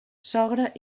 sogra